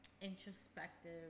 introspective